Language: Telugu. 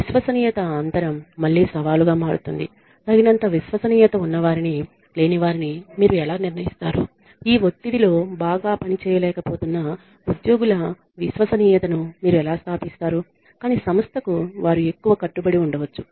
విశ్వసనీయత అంతరం మళ్ళీ సవాలుగా మారుతుంది తగినంత విశ్వసనీయత ఉన్నవారిని లేనివారిని మీరు ఎలా నిర్ణయిస్తారు ఈ ఒత్తిడిలో బాగా పని చేయలేకపోతున్న ఉద్యోగుల విశ్వసనీయతను మీరు ఎలా స్థాపిస్తారు కాని సంస్థకు వారు ఎక్కువ కట్టుబడి ఉండవచ్చు